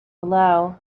below